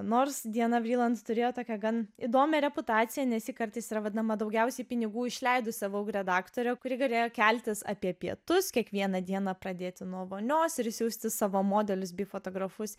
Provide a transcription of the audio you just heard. nors diana vriland turėjo tokią gan įdomią reputaciją nes ji kartais yra vadinama daugiausiai pinigų išleidusi vogue redaktorė kuri galėjo keltis apie pietus kiekvieną dieną pradėti nuo vonios ir siųsti savo modelius bei fotografus